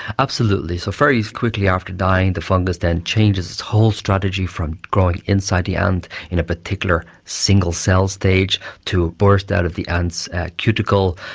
absolutely, so very quickly after dying the fungus then changes its whole strategy from growing inside the ant in a particular single-cell stage to burst out of the ant's cuticle,